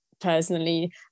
personally